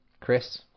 Chris